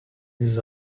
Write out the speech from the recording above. this